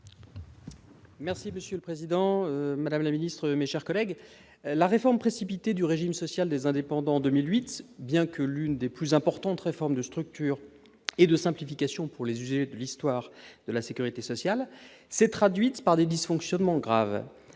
Durain. Monsieur le président, madame la ministre, mes chers collègues, la réforme précipitée du régime social des indépendants en 2008, bien que l'une des plus importantes réformes de structure et de simplification pour les usagers dans l'histoire de la sécurité sociale, s'est traduite par des dysfonctionnements graves.